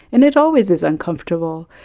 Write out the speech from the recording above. and it always is uncomfortable,